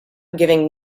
giving